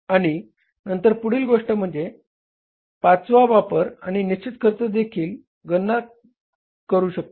आणि नंतर पुढील गोष्ट म्हणजे पाचवा वापर आपण निश्चित खर्चाची देखील गणना करू शकता